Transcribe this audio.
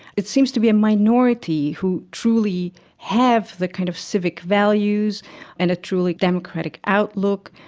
it seems to be a minority who truly have the kind of civic values and a truly democratic outlook.